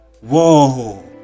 Whoa